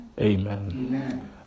Amen